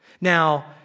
Now